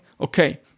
okay